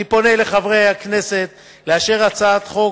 אני פונה לחברי הכנסת בבקשה לאשר את הצעת החוק